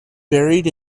buried